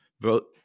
vote